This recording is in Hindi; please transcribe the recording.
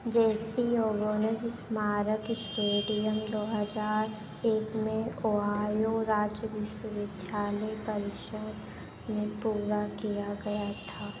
जेसी ओवोनस स्मारक स्टेडियम दो हजार एक में ओहायो राज्य विश्वविद्यालय परिसर में पूरा किया गया था